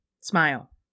smile